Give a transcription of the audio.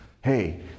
Hey